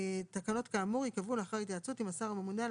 תקנות כאמור ייקבעו לאחר התייעצות עם השר הממונה על